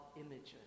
images